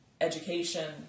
education